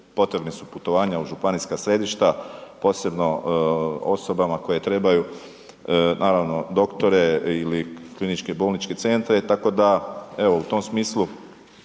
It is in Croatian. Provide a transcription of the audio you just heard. potrebna su putovanja u županijska središta, posebno osobama koje trebaju naravno doktore ili KBC-e, tako da evo, u tom smislu